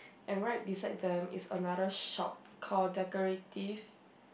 and right beside them is another shop call decorative